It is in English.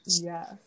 yes